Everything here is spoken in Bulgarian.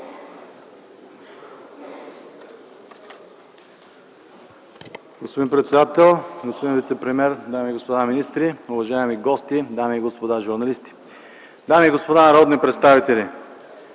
Господин председател, господин вицепремиер, дами и господа министри, уважаеми гости, дами и господа журналисти! Дами и господа народни представители,